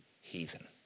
heathen